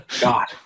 God